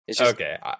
Okay